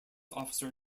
officer